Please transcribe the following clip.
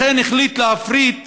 לכן הוא החליט להפריט